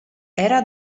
era